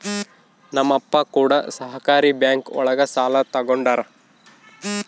ನಮ್ ಅಪ್ಪ ಕೂಡ ಸಹಕಾರಿ ಬ್ಯಾಂಕ್ ಒಳಗ ಸಾಲ ತಗೊಂಡಾರ